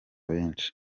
benshi